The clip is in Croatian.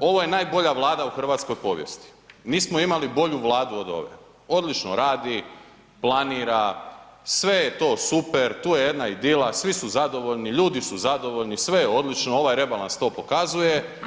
ovo je najbolja Vlada u hrvatskoj povijesti, nismo imali bolju Vladu od ove, odlično radi, planira, sve je to super, tu je jedna idila, svi su zadovoljni, ljudi su zadovoljni, sve je odlično ovaj rebalans to pokazuje.